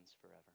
forever